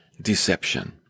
deception